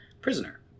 prisoner